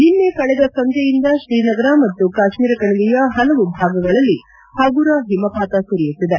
ನಿನ್ನೆ ಕಳೆದ ಸಂಜೆಯಿಂದ ಶ್ರೀನಗರ ಮತ್ತು ಕಾಶ್ನೀರ ಕಣಿವೆಯ ಹಲವು ಭಾಗಗಳಲ್ಲಿ ಹಗುರ ಹಿಮಪಾತ ಸುರಿಯುತ್ತಿದೆ